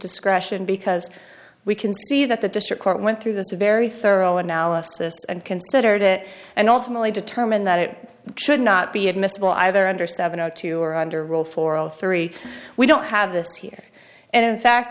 discretion because we can see that the district court went through this very thorough analysis and considered it and ultimately determined that it should not be admissible either under seven o two or under rule for all three we don't have this here and in fact